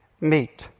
meet